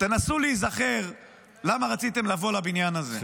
תנסו להיזכר למה רציתם לבוא לבניין הזה.